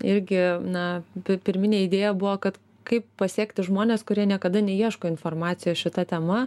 irgi na pi pirminė idėja buvo kad kaip pasiekti žmones kurie niekada neieško informacijos šita tema